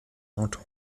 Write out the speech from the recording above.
auto